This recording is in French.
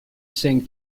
saint